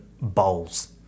bowls